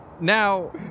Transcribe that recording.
Now